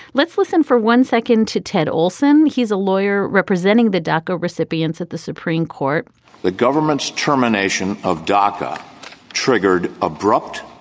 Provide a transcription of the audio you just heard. let's listen for one second to ted olson. he's a lawyer representing the duco recipients at the supreme court the government's termination of doca triggered abrupt,